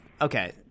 Okay